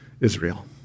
Israel